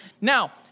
Now